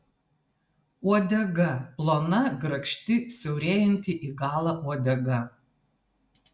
uodega plona grakšti siaurėjanti į galą uodega